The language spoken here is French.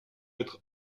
être